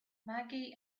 maggie